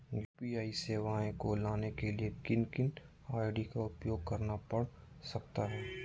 UPI सेवाएं को लाने के लिए किन किन आई.डी का उपयोग करना पड़ सकता है?